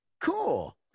Cool